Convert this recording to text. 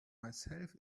myself